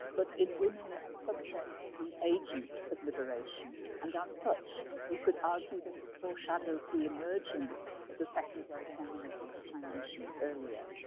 but in women as subjects and agents of liberation and as such, you could argue that it foreshadows the emergence of the second-wave feminism, which i mentioned earlier.